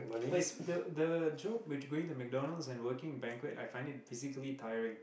but it's the the job which going to McDonalds and working in banquet I find it physically tiring